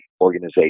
organization